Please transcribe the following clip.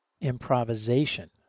improvisation